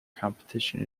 competition